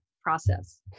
process